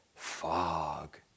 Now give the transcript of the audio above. fog